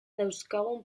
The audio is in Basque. dauzkagun